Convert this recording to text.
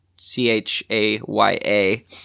C-H-A-Y-A